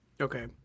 Okay